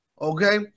Okay